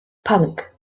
punk